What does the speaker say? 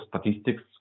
statistics